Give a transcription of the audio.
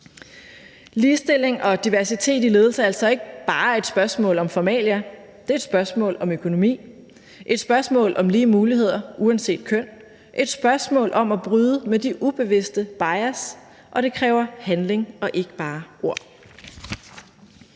Ligestilling og diversitet i ledelse er altså ikke bare et spørgsmål om formalia; det er et spørgsmål om økonomi, et spørgsmål om lige muligheder uanset køn, et spørgsmål om at bryde med de ubevidste bias, og det kræver handling og ikke bare ord.